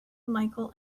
micheal